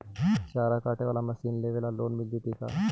चारा काटे बाला मशीन लेबे ल लोन मिल जितै का?